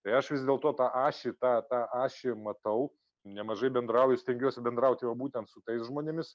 tai aš vis dėlto tą ašį tą tą ašį matau nemažai bendrauju stengiuosi bendrauti va būtent su tais žmonėmis